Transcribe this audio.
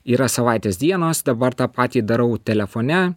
yra savaitės dienos dabar tą patį darau telefone